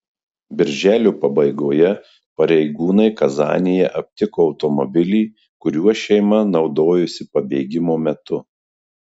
birželio pabaigoje pareigūnai kazanėje aptiko automobilį kuriuo šeima naudojosi pabėgimo metu